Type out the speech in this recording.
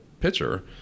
pitcher